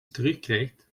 terugkrijgt